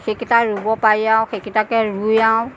সেই কেইটা ৰুব পাৰি আৰু সেইকেইটাকে ৰুই আৰু